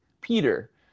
Peter